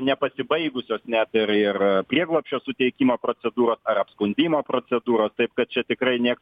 nepasibaigusios net ir ir prieglobsčio suteikimo procedūro ar apskundimo procedūros taip kad čia tikrai ne